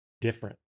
different